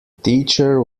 teacher